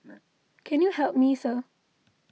can you help me sir